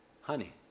honey